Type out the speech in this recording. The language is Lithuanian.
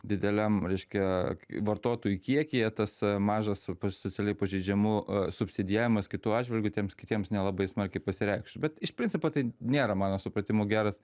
dideliam reiškia vartotojų kiekyje tas mažas socialiai pažeidžiamų subsidijavimas kitų atžvilgiu tiems kitiems nelabai smarkiai pasireikštų bet iš principo tai nėra mano supratimu geras